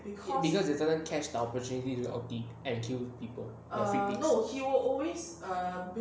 it because he doesn't catch the opportunity to ulti and kill people the few things